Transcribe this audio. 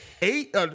Eight